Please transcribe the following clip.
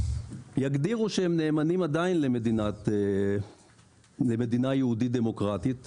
יגדירו שהם עדיין נאמנים למדינת יהודית ודמוקרטית,